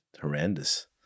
horrendous